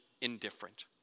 indifferent